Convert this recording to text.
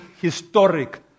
historic